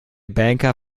banker